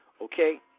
okay